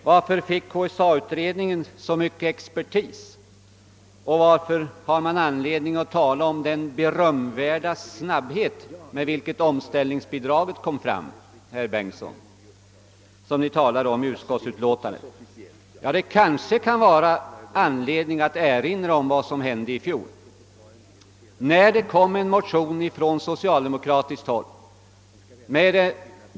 Varför fick KSA-utredningen så mycket expertis, herr Bengtsson i Varberg, och varför har man anledning att, som ni gör i andra lagutskottets utlåtande nr 26, tala om att utredningen »med berömvärd snabbhet» framlagt förslaget om omställningsbidrag? Ja, det kan vara anledning att erinra om vad som hände i fjol. Vid riksdagens början väcktes då en motion från socialdemokratiskt håll.